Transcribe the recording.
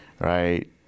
right